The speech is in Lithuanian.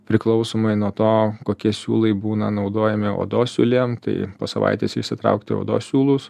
priklausomai nuo to kokie siūlai būna naudojami odos siūlėm tai po savaitės išsitraukti odos siūlus